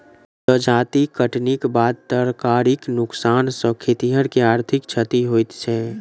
जजाति कटनीक बाद तरकारीक नोकसान सॅ खेतिहर के आर्थिक क्षति होइत छै